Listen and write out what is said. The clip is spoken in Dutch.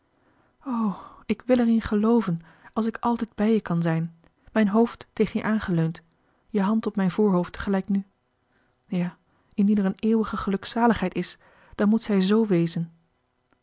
ik wil er in gelooven als ik altijd bij je kan zijn mijn hoofd tegen je aangeleund je hand op mijn voorhoofd gelijk nu ja indien er een eeuwige gelukzaligheid is dan moet zij z wezen